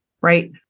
right